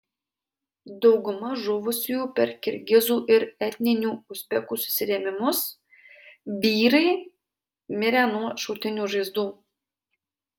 dauguma žuvusiųjų per kirgizų ir etninių uzbekų susirėmimus vyrai mirę nuo šautinių žaizdų